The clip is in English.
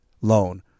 loan